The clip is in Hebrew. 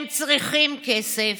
הם צריכים כסף,